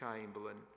Chamberlain